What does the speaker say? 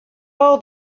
all